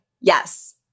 yes